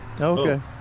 Okay